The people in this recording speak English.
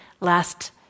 last